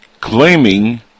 Claiming